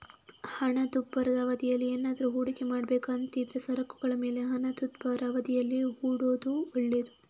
ಹಣದುಬ್ಬರದ ಅವಧಿಯಲ್ಲಿ ಏನಾದ್ರೂ ಹೂಡಿಕೆ ಮಾಡ್ಬೇಕು ಅಂತಿದ್ರೆ ಸರಕುಗಳ ಮೇಲೆ ಹಣದುಬ್ಬರದ ಅವಧಿಯಲ್ಲಿ ಹೂಡೋದು ಒಳ್ಳೇದು